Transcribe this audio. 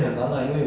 mm